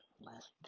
last